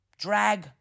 Drag